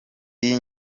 iyi